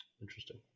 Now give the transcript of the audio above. Interesting